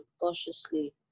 cautiously